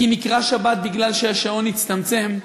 כי השעון הצטמצם,